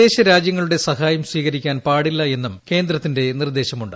വിദേശ രാജ്യങ്ങളുടെ സഹായം സ്വീകരിക്കാൻ പാടില്ല് എന്നും കേന്ദ്രത്തിന്റെ നിർദ്ദേശമുണ്ട്